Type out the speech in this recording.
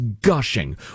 gushing